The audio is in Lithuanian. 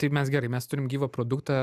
tai mes gerai mes turim gyvą produktą